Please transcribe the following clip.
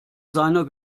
seiner